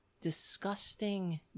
disgusting